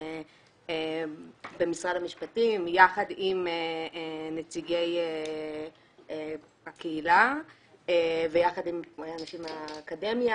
במשרד המשפטים יחד עם נציגי הקהילה ויחד עם אנשים מהאקדמיה,